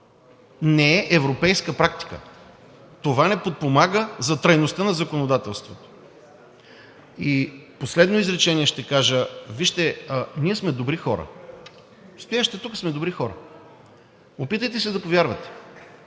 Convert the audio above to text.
не е европейска практика. Това не подпомага трайността на законодателството. И последно изречение ще кажа. Вижте, ние сме добри хора, стоящите тук сме добри хора, опитайте се да повярвате.